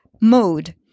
mode